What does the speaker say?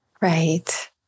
right